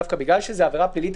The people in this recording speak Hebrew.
דווקא בגלל שזאת עבירה פלילית,